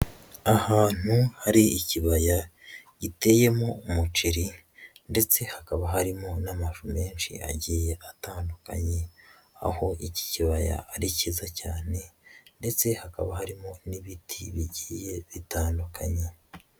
Ahantu hari ikibaya giteyemo umuceri ndetse hakaba harimo n'amafi menshi agiye atandukanye, aho iki kibaya ari cyiza cyane ndetse hakaba harimo n'ibiti bigiye bitandukanye.